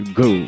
go